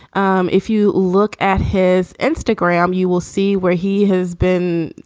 um if you look at his instagram, you will see where he has been,